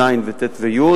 ז' וט' וי'